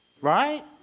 Right